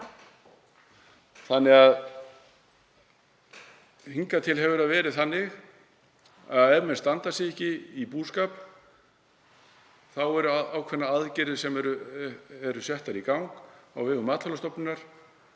bara.) Hingað til hefur það verið þannig að ef menn standa sig ekki í búskap þá eru ákveðnar aðgerðir settar í gang á vegum Matvælastofnunar